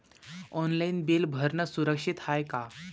Online bill भरनं सुरक्षित हाय का?